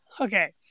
Okay